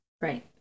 Right